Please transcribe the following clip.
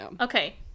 Okay